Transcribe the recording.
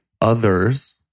others